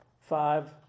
five